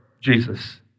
Jesus